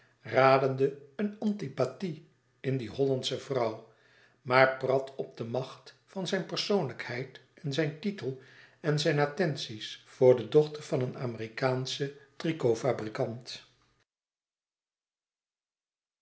radende een antipathie in die hollandsche vrouw maar prat op de macht van zijn persoonlijkheid en zijn titel en zijn attenties voor de dochter van eene